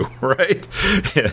right